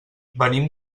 venim